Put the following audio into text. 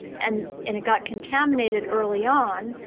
and and it got contaminated early on.